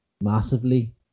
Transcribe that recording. massively